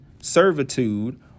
servitude